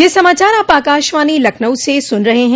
ब्रे क यह समाचार आप आकाशवाणी लखनऊ से सुन रहे हैं